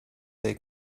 they